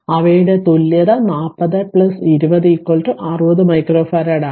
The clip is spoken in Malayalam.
അവയുടെ തുല്യത 40 20 60 മൈക്രോഫറാഡാണ്